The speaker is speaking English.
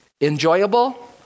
enjoyable